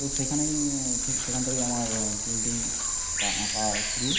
তো সেখানেই থে সেখান থেকেই আমার প্রিন্টিং বা আঁকা শুরু